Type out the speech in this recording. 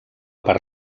part